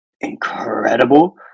incredible